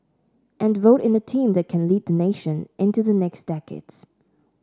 and vote in a team that can lead nation into the next decades